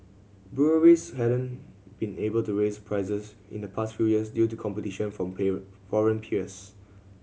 Breweries hadn't been able to raise prices in the past few years due to competition from foreign peers